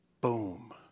boom